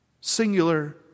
singular